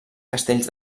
castells